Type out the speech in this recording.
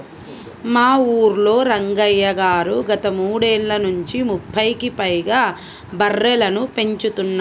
మా ఊల్లో రంగయ్య గారు గత మూడేళ్ళ నుంచి ముప్పైకి పైగా బర్రెలని పెంచుతున్నాడు